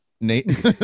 Nate